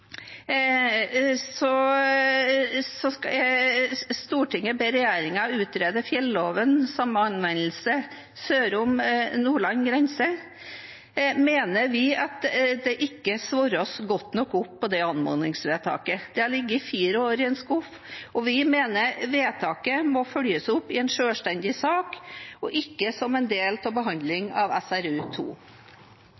Stortinget ber regjeringen utrede å gi fjelloven samme anvendelse i Nordland og Troms som sør for Nordlands grense, og vi mener at det anmodningsvedtaket ikke er svart godt nok opp. Det har ligget fire år i en skuff, og vi mener vedtaket må følges opp i en selvstendig sak, og ikke som en del